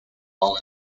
all